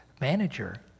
manager